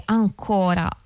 ancora